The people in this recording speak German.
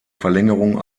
verlängerung